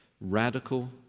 radical